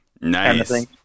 Nice